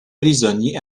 prisonnier